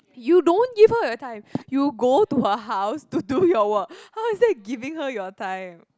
you don't give her your time you go to her house to do your work how it's said giving her your time